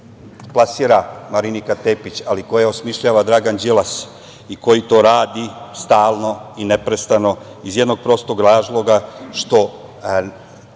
plasira Marinika Tepić, ali koje osmišljava Dragan Đilas i koji to radi stalno i neprestano iz jednog prostog razloga što